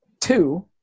two